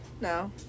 No